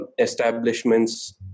establishments